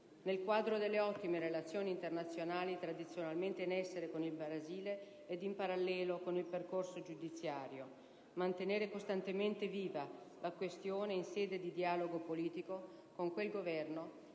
Nel quadro delle ottime relazioni tradizionalmente in essere con il Brasile e in parallelo con il percorso giudiziario, si impegna il Governo a mantenere costantemente viva la questione in sede di dialogo politico con il Governo